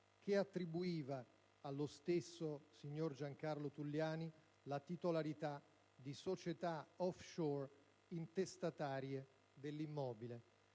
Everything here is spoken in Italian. che attribuiva allo stesso signor Giancarlo Tulliani la titolarità di società *offshore* intestatarie dell'immobile.